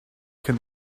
can